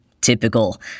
typical